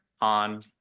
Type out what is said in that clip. On